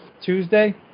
Tuesday